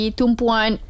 tumpuan